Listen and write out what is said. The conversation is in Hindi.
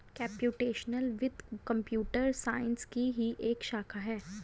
कंप्युटेशनल वित्त कंप्यूटर साइंस की ही एक शाखा है